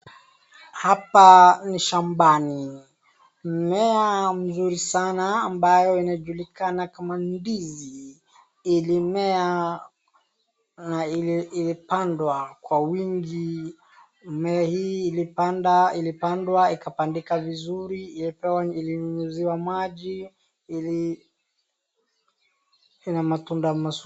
Hapa ni shambani. Mmea mzuri sana ambao unajulikana kama ndizi ilipandwa kwa wingi. Mimea hii ilipandwa ikapandika vizuri, ilinyunyiziwa maji na iko na matunda mazuri.